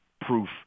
proof